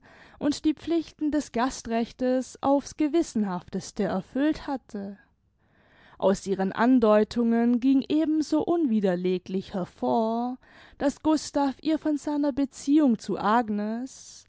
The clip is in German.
und die pflichten des gastrechtes auf's gewissenhafteste erfüllt hatte aus ihren andeutungen ging eben so unwiderleglich hervor daß gustav ihr von seiner beziehung zu agnes